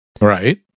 Right